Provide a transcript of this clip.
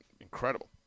incredible